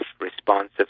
responsive